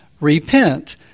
Repent